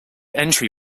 entry